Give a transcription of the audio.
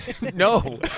No